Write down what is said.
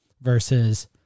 versus